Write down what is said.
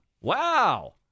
Wow